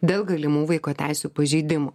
dėl galimų vaiko teisių pažeidimų